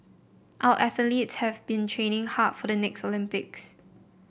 our athletes have been training hard for the next Olympics